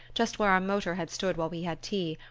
just where our motor had stood while we had tea,